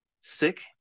sick